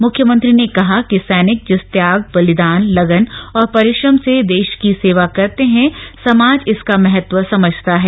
मुख्यमंत्री ने कहा कि सैनिक जिस त्याग बलिदान लगन और परिश्रम से देश के की सेवा करते हैं समाज इसका महत्व समझता है